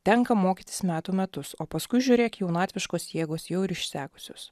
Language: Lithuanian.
tenka mokytis metų metus o paskui žiūrėk jaunatviškos jėgos jau ir išsekusios